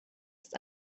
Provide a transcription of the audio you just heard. ist